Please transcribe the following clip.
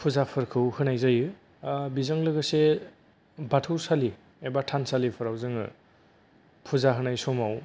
फुजाफोरखौ होनाय जायो दा बेजों लोगोसे बाथौसालि एबा थानसालिफोराव जोङो फुजाहोनाय समाव